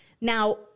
Now